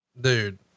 Dude